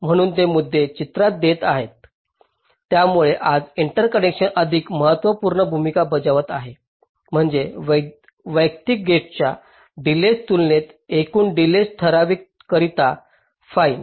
म्हणून हे मुद्दे चित्रात येत आहेत ज्यामुळे आज इंटरकनेक्शन अधिक महत्त्वपूर्ण भूमिका बजावत आहे म्हणजे वैयक्तिक गेट्सच्या डिलेज तुलनेत एकूण डिलेज ठरविण्याकरिता फाईन